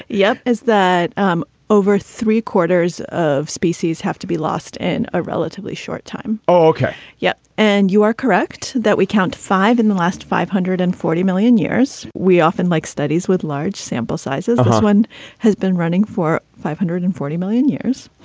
yeah. is that um over three quarters of species have to be lost in a relatively short time? oh, okay. yeah. and you are correct that we count five in the last five hundred and forty million years. we often like studies with large sample sizes. one has been running for five hundred and forty million years.